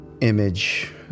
image